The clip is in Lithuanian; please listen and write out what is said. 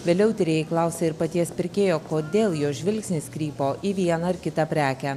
vėliau tyrėjai klausė ir paties pirkėjo kodėl jo žvilgsnis krypo į vieną ar kitą prekę